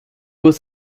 was